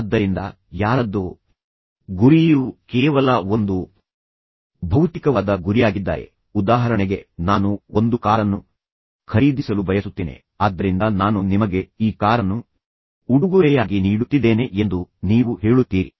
ಆದ್ದರಿಂದ ಯಾರದ್ದೋ ಗುರಿಯು ಕೇವಲ ಒಂದು ಭೌತಿಕವಾದ ಗುರಿಯಾಗಿದ್ದಾರೆ ಉದಾಹರಣೆಗೆ ನಾನು ಒಂದು ಕಾರನ್ನು ಖರೀದಿಸಲು ಬಯಸುತ್ತೇನೆ ಆದ್ದರಿಂದ ನಾನು ನಿಮಗೆ ಈ ಕಾರನ್ನು ಉಡುಗೊರೆಯಾಗಿ ನೀಡುತ್ತಿದ್ದೇನೆ ಎಂದು ನೀವು ಹೇಳುತ್ತೀರಿ